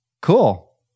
cool